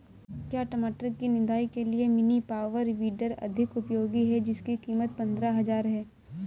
क्या टमाटर की निदाई के लिए मिनी पावर वीडर अधिक उपयोगी है जिसकी कीमत पंद्रह हजार है?